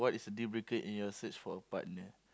what is a dealbreaker in your search for a partner